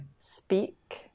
Speak